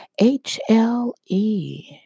HLE